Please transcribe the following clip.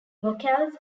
vocals